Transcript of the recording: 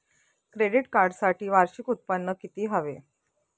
Credit कार्डसाठी वार्षिक उत्त्पन्न किती हवे?